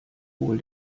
wohl